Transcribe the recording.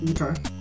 Okay